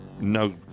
no